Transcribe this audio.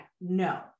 No